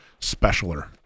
specialer